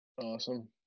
awesome